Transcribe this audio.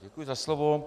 Děkuji za slovo.